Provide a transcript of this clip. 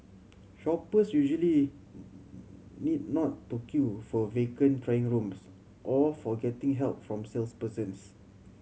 shoppers usually need not to queue for vacant trying rooms or for getting help from salespersons